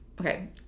okay